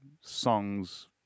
songs